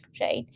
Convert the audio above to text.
right